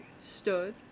stood